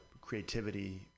creativity